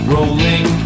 Rolling